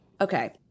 Okay